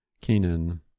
Canaan